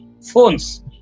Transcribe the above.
phones